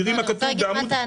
תראי מה כתוב בעמוד ראו למטה,